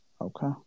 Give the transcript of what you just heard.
Okay